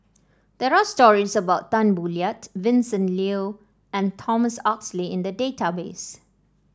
there are stories about Tan Boo Liat Vincent Leow and Thomas Oxley in the database